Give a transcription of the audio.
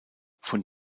von